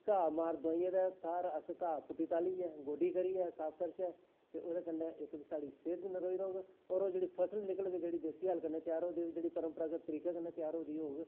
घा मार दवाईयें दा अस घा पुट्टी तालियै गोड्डी करियै सैंटर च ते ओह्दे कन्नै इक ते साढ़ी सेह्त बी नरोई रौह्ग और ओह् जेह्ड़ी फसल निकलग जेह्की देस्सी हैाल करनै तेआर होई दी परंपरागत तरीके कन्नै तेआर होई दी होग